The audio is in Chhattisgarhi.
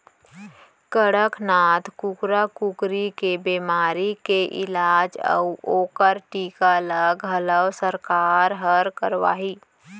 कड़कनाथ कुकरा कुकरी के बेमारी के इलाज अउ ओकर टीका ल घलौ सरकार हर करवाही